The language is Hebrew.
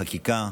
בחקיקה,